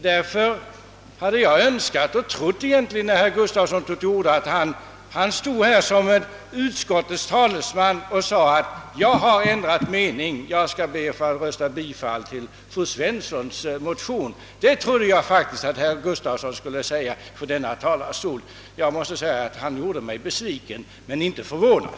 Därför hade jag önskat och trott, när herr Gustafsson här tog till orda som utskottets talesman, att han skulle säga: »Jag har ändrat mening, jag skall yrka bifall till fru Svenssons motion.» Herr Gustafsson gjorde mig besviken, men kanske inte förvånad.